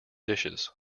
dishes